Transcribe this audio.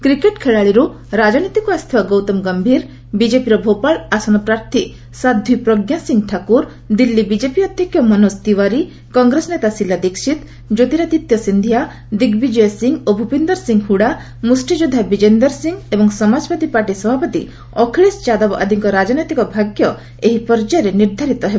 cricket ଖେଳାଳିରୁ ରାଜନୀତିକୁ ଆସିଥିବା ଗୌତମ ଗମ୍ଭୀର ବିକେପିର ଭୋପାଳ ଆସନ ପ୍ରାର୍ଥୀ ସାଧ୍ୱୀ ପ୍ରଜ୍ଞା ସିଂ ଠାକୁର ଦିଲ୍ଲୀ ବିଜେପି ଅଧ୍ୟକ୍ଷ ମନୋଜ ତିୱାରୀ କଂଗ୍ରେସ ନେତା ଶିଲା ଦିକ୍ଷିତ୍ ଜ୍ୟୋତିରାଦିତ୍ୟ ସିନ୍ଧିଆ ଦିଗ୍ବିଜୟ ସିଂ ଓ ଭୂପିନ୍ଦର୍ ସିଂ ହୁଡ଼ା ମୁଷ୍ଟିଯୋଦ୍ଧା ବିଜେନ୍ଦର ସିଂ ଏବଂ ସମାଜବାଦୀ ପାର୍ଟି ସଭାପତି ଅଖିଳେଶ ଯାଦବ ଆଦିଙ୍କ ରାଜନୈତିକ ଭାଗ୍ୟ ଏହି ପର୍ଯ୍ୟାୟରେ ନିର୍ଦ୍ଧାରିତ ହେବ